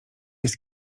jest